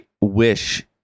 wish